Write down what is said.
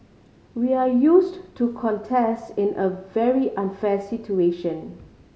we are used to contest in a very unfair situation